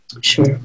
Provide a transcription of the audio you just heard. Sure